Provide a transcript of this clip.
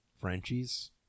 Frenchies